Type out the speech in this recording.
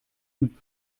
mit